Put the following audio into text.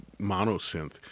monosynth